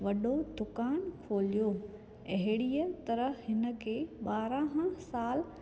वॾो दुकानु खोलियो अहिड़ीअ तरह हिन खे ॿारहां साल